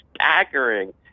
staggering